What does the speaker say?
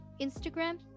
Instagram